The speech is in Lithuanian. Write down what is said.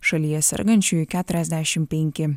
šalyje sergančiųjų keturiasdešimt penki